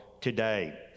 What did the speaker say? today